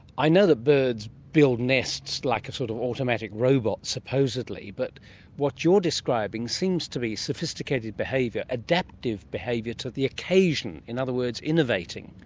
i know that birds build nests like a sort of automatic robot, supposedly, but what you're describing seems to be sophisticated behaviour, adaptive behaviour to the occasion. in other words, innovating.